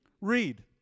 Read